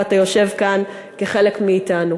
ואתה יושב כאן כחלק מאתנו.